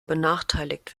benachteiligt